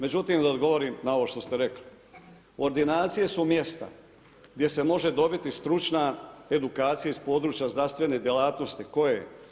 Međutim da odgovorim na ovo što ste rekli, ordinacije su mjesta gdje se može dobiti stručna edukacija iz područja zdravstvene djelatnosti koje?